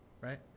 Right